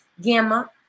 Gamma